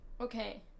okay